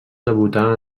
debutar